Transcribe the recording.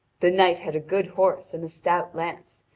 the knight had a good horse and a stout lance,